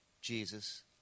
Jesus